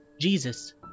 Jesus